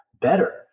better